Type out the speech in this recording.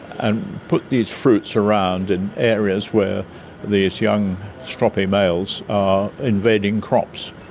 and put these fruits around in areas where these young stroppy males are invading crops.